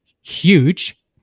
huge